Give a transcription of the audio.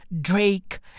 Drake